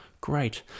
great